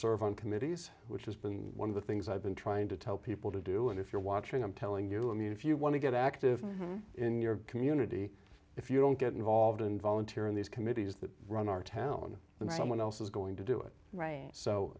serve on committees which has been one of the things i've been trying to tell people to do and if you're watching i'm telling you i'm mean if you want to get active in your community if you don't get involved and volunteer in these committees that run our town the right one else is going to do it right so